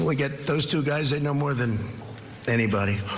we get those two guys that know more than anybody.